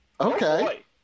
okay